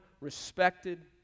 respected